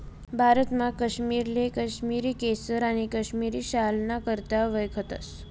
भारतमा काश्मीरले काश्मिरी केसर आणि काश्मिरी शालना करता वयखतस